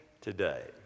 today